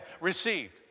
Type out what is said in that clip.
received